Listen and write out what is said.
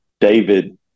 David